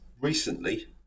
recently